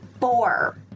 Four